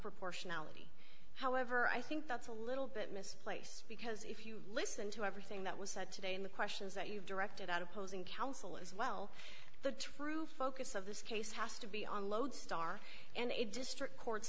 proportionality however i think that's a little bit misplace because if you listen to everything that was said today in the questions that you directed at opposing counsel as well the true focus of this case has to be on lodestar and it district courts